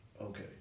Okay